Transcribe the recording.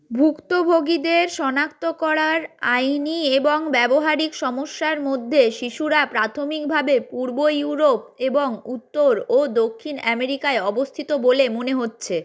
ভুক্তভোগীদের শনাক্ত করার আইনি এবং ব্যবহারিক সমস্যার মধ্যে শিশুরা প্রাথমিকভাবে পূর্ব ইউরোপ এবং উত্তর ও দক্ষিণ আমেরিকায় অবস্থিত বলে মনে হচ্ছে